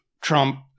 Trump